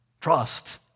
Trust